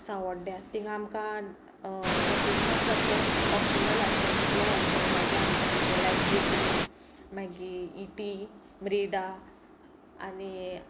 सावड्ड्या तिंगा आमकां vocational subjects optional आसताय कितलें ऑप्शन मेळटाय आमकां तितू लायक बेकरी मागीर इटी ब्रिडा आनी